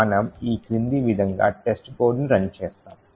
మనము ఈ క్రింది విధంగా testcodeను రన్ చేస్తాము